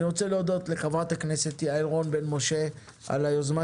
אני רוצה להודות לחברת הכנסת יעל רון בן משה על היוזמה